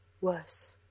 worse